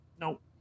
nope